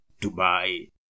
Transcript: Dubai